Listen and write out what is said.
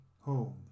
home